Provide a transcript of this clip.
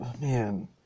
man